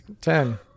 ten